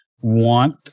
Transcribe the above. want